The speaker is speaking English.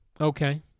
Okay